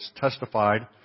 testified